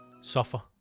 suffer